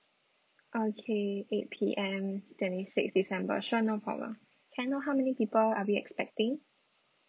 okay eight P_M twenty sixth december sure no problem can I know how many people are we expecting